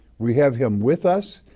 we have him with us,